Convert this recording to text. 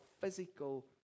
physical